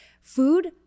food